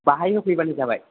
बेवहाय होफैबानो जाबाय